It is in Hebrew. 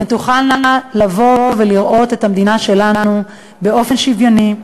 שהן תוכלנה לראות את המדינה שלנו באופן שוויוני,